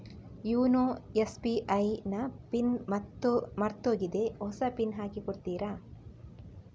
YONO SBI ನ PIN ಮರ್ತೋಗಿದೆ ಹೊಸ ಪಿನ್ ಹಾಕಿ ಕೊಡ್ತೀರಾ?